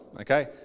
okay